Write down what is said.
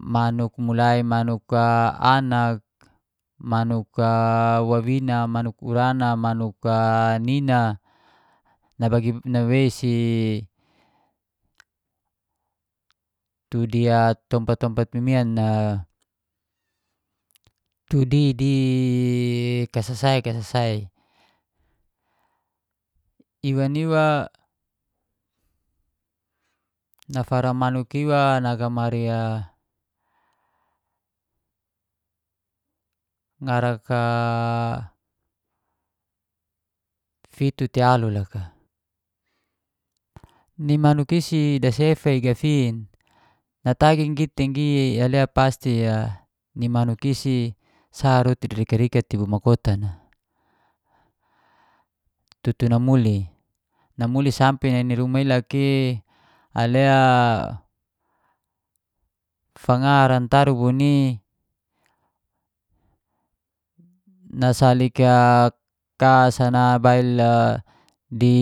Manuk mulai manuk anak, manuk a wawina, manuk urana, manuk nina, nawei si tu di tompat- tompat mimian atu i kasasai- kasasai iwan iwa nafara manuk iwa nagamari a ngarak a fitu te alu te loka, ni manuk isi dasefa i gafin. Natagi gitinggi ale pasti a ni manuk isi sa darikat-rikat bo ma kotan a. Tutu namuli, namuli sampe nai ni ruma ilaka i alea fanga taru bo ni nasalik a kas a nabail di